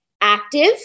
active